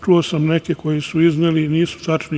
Čuo sam neke koje su izneli, nisu tačni.